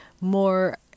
more